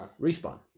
Respawn